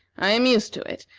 i am used to it,